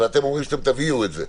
אתם אומרים שתביאו את זה?